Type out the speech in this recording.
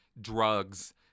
drugs